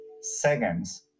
seconds